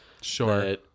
Sure